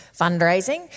fundraising